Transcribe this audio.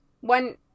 One